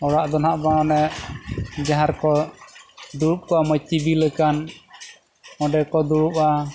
ᱚᱲᱟᱜ ᱫᱚ ᱱᱟᱜ ᱵᱟᱝ ᱚᱱᱮ ᱡᱟᱦᱟᱸ ᱨᱮᱠᱚ ᱫᱩᱲᱩᱵ ᱠᱚᱣᱟ ᱢᱟᱹᱪᱤ ᱵᱤᱞᱟᱠᱟᱱ ᱚᱸᱰᱮ ᱠᱚ ᱫᱩᱲᱩᱵᱼᱟ